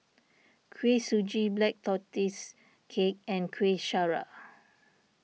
Kuih Suji Black Tortoise Cake and Kueh Syara